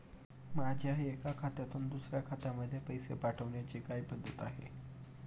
माझ्या एका खात्यातून दुसऱ्या खात्यामध्ये पैसे पाठवण्याची काय पद्धत आहे?